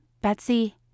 Betsy